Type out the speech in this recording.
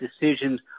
decisions